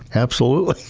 absolutely.